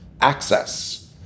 access